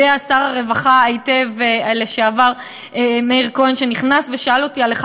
שר הרווחה לשעבר מאיר כהן נכנס ושאל אותי על אחד